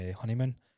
honeymoon